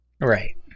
Right